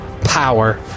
power